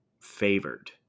favored